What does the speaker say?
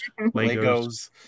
Legos